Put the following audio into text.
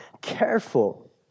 careful